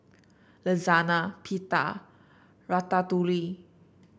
Lasagne Pita Ratatouille